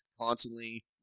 constantly